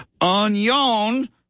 Onion